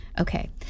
Okay